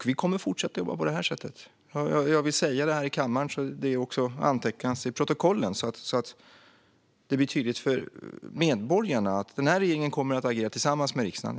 Vi kommer att fortsätta att jobba på det här sättet. Jag vill säga det här i kammaren så att det antecknas och förs till protokollet så att det blir tydligt för medborgarna att den här regeringen kommer att agera tillsammans med riksdagen.